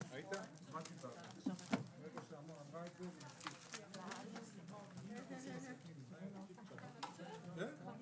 14:13.